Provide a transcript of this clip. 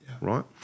right